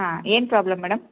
ಹಾಂ ಏನು problem madam